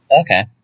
Okay